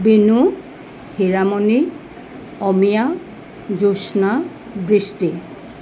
বিনু হীৰামণি অমিয়া জোস্না বৃষ্টি